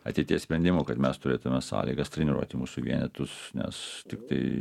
ateities sprendimų kad mes turėtume sąlygas treniruoti mūsų vienetus nes tiktai